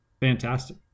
Fantastic